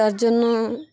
তার জন্য